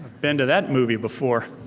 been to that movie before.